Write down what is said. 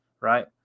right